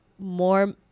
more